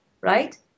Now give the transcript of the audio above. right